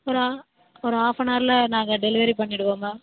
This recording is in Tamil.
ஒரு ஆ ஒரு ஆஃபனார்ல நாங்கள் டெலிவரி பண்ணிடுவோம் மேம்